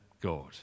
God